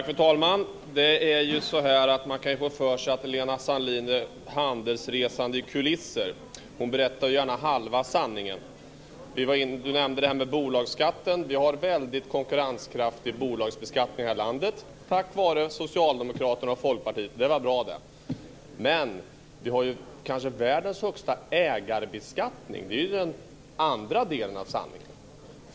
Fru talman! Man kan få för sig att Lena Sandlin Hedman är handelsresande i kulisser. Hon berättar gärna halva sanningen. Hon nämnde bolagsskatten. Vi har en mycket konkurrenskraftig bolagsbeskattning i vårt land, tack vare Socialdemokraterna och Folkpartiet. Det var bra. Men vi har kanske världens högsta ägarbeskattning. Det är den andra delen av sanningen.